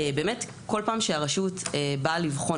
באמת כל פעם שהרשות באה לבחון,